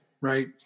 right